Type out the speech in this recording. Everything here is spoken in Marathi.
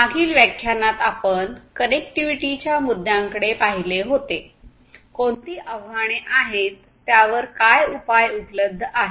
मागील व्याख्यानात आपण कनेक्टिव्हिटीच्या मुद्द्यांकडे पाहिले होते कोणती आव्हाने आहेतत्यावर काय उपाय उपलब्ध आहेत